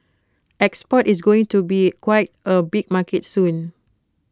export is going to be quite A big market soon